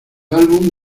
álbum